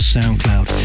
SoundCloud